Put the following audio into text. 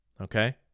Okay